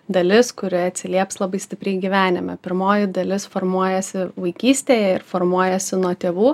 dalis kuri atsilieps labai stipriai gyvenime pirmoji dalis formuojasi vaikystėje ir formuojasi nuo tėvų